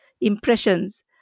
impressions